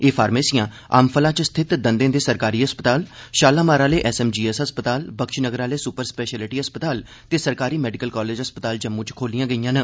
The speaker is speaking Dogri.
एह् फारमेसियां अंबफला च स्थित दंदे दे सरकारी अस्पताल षालामार आह्ले एस एम जी एस अस्पताल बख्मी नगर आह्ले सुपर स्पैषिएलिटी अस्पताल ते सरकारी मैडिकल कालेज अस्पताल जम्मू च खोलियां गेईआं न